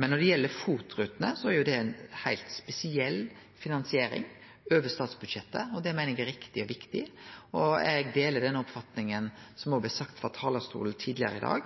Men når det gjeld FOT-rutene, er det ei heilt spesiell finansiering, over statsbudsjettet, og det meiner eg er riktig og viktig. Eg deler den oppfatninga som blei uttrykt frå talarstolen tidlegare i dag,